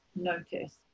notice